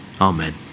Amen